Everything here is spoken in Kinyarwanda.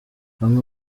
bamwe